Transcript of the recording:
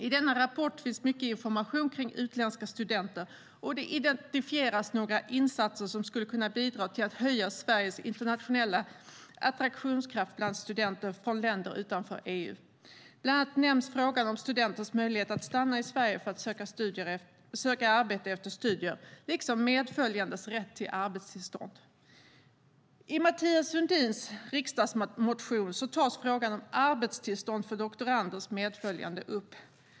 I denna rapport finns mycket information kring utländska studenter, och det identifieras några insatser som skulle kunna bidra till att höja Sveriges internationella attraktionskraft bland studenter från länder utanför EU. Bland annat nämns frågan om studenters möjlighet att stanna i Sverige för att söka arbete efter studier, liksom medföljandes rätt till arbetstillstånd. I Mathias Sundins riksdagsmotion tas frågan om arbetstillstånd för doktoranders medföljande upp.